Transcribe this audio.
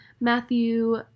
Matthew